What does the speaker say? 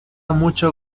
mucho